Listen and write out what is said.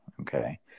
Okay